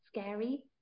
scary